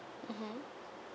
mmhmm